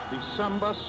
December